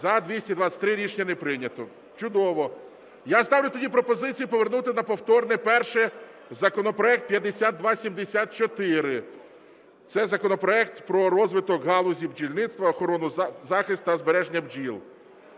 За-223 Рішення не прийнято. Чудово. Я ставлю тоді пропозицію повернути на повторне перше законопроект 5274, це законопроект про розвиток галузі бджільництва, охорону, захист та збереження бджіл.